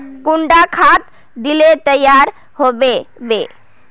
कुंडा खाद दिले तैयार होबे बे?